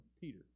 Peter